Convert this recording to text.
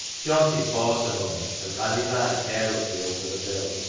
johnty paused a moment, and ran his eye carelessly over the bill,